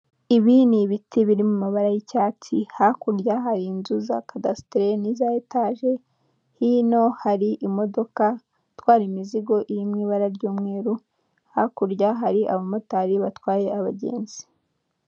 Ibi ni ibiti biri mu mabara y'icyatsi hakurya hari inzu za kadasiteri n'iza etage, hino hari imodoka itwara imizigo iri mu ibara ry'umweru hakurya hari abamotari batwaye abagenzi.